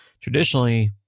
traditionally